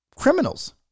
criminals